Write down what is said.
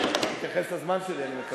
תתייחס לזמן שלי, אני מקווה.